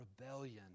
rebellion